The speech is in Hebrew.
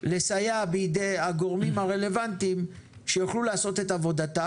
לסייע בידי הגורמים הרלוונטיים שיכולו לעשות את עבודתם.